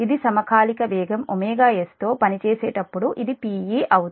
ఇది సమకాలిక వేగంs తో పనిచేసేటప్పుడు ఇది Pe